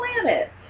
planet